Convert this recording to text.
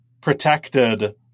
protected